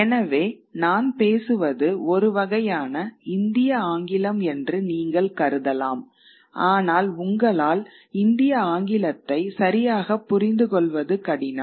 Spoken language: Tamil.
எனவே நான் பேசுவது ஒரு வகையான இந்திய ஆங்கிலம் என்று நீங்கள் கருதலாம் ஆனால் உங்களால் இந்திய ஆங்கிலத்தை சரியாகப் புரிந்துகொள்வது கடினம்